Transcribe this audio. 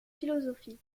philosophie